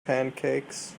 pancakes